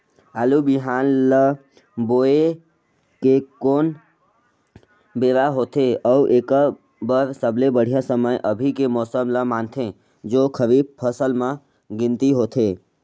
आलू बिहान ल बोये के कोन बेरा होथे अउ एकर बर सबले बढ़िया समय अभी के मौसम ल मानथें जो खरीफ फसल म गिनती होथै?